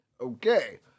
okay